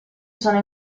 sono